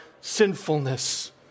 sinfulness